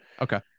Okay